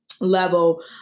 level